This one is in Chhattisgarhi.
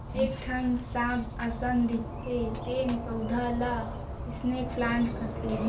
एक ठन सांप असन दिखथे तेन पउधा ल स्नेक प्लांट कथें